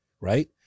right